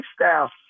lifestyle